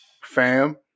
fam